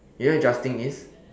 you know what jousting is